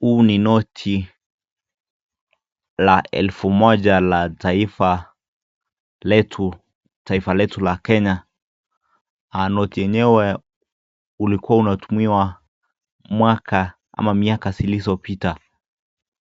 Huu ni noti la elfu moja la taifa letu la Kenya. Noti yenyewe ulikuwa unatumiwa mwaka ama miaka zilizopita,